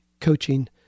coaching